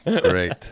Great